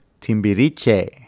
Timbiriche